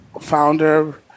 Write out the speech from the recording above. founder